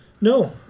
no